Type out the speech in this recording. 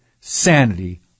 sanity